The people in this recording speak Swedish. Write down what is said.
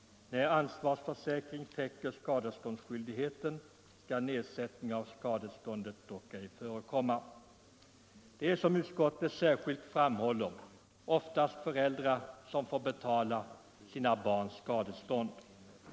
När ansvarsförsäkring täcker skadeståndsskyldigheten skall nedsättning av skadeståndet ej förekomma. Det är, som utskottet särskilt framhåller, oftast föräldrarna som får betala sina barns skadestånd.